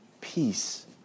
Peace